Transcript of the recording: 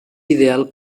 ideal